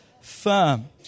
Firm